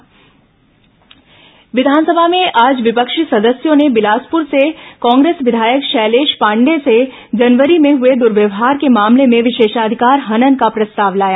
विस विशेषाधिकार हनन विधानसभा में आज विपक्षी सदस्यों ने बिलासपुर से कांग्रेस विधायक शैलेश पांडेय से जनवरी में हुए दुर्व्यवहार के मामले में विशेषाधिकार हनन का प्रस्ताव लाया